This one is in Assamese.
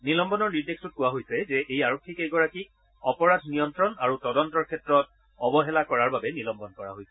নিলম্বনৰ নিৰ্দেশটোত কোৱা হৈছে যে এই আৰক্ষীকেইগৰাকীক অপৰাধ নিয়ন্ত্ৰণ আৰু তদন্তৰ ক্ষেত্ৰত অৱহেলা কৰাৰ বাবে নিলম্বন কৰা হৈছে